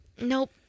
nope